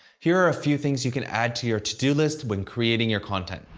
here are a few things you can add to your to-do list when creating your content.